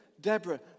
Deborah